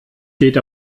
geht